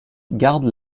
garde